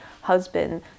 husband